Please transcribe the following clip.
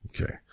Okay